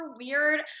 weird